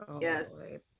Yes